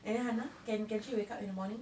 and then hannah can can she wake up in the morning